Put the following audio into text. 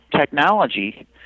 technology